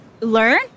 learn